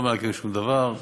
לא מעכבים שום דבר.